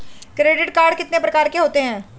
Credit card कितने प्रकार के होते हैं?